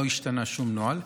לא השתנה שום נוהל,